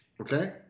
Okay